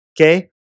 okay